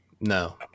No